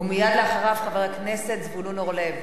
מייד לאחריו, חבר הכנסת זבולון אורלב.